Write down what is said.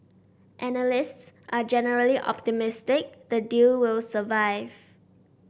analysts are generally optimistic the deal will survive